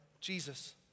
Jesus